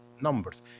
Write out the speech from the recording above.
numbers